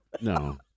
No